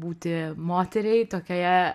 būti moteriai tokioje